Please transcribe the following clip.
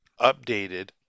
updated